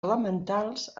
elementals